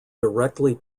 directly